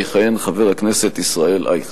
יכהן חבר הכנסת ישראל אייכלר.